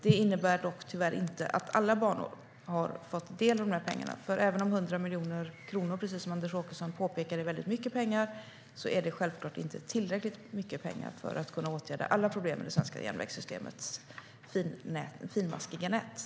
Det innebär dock tyvärr inte att alla banor har fått del av de här pengarna, för även om 100 miljoner kronor är väldigt mycket pengar, som Anders Åkesson påpekar, är det självklart inte tillräckligt mycket pengar för att kunna åtgärda alla problem i det svenska järnvägssystemets finmaskiga nät.